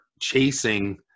chasing